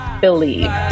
believe